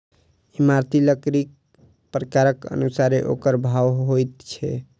इमारती लकड़ीक प्रकारक अनुसारेँ ओकर भाव होइत छै